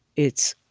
it's